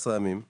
14 ימים כפול.